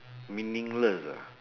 meaningless ah